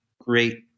great